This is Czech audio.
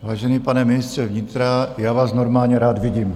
Vážený pane ministře vnitra, já vás normálně rád vidím.